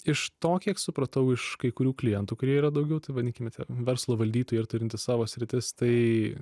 iš to kiek supratau iš kai kurių klientų kurie yra daugiau tai vadinkime tie verslo valdytojai ir turinti savo sritis tai